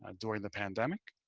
um during the pandemic.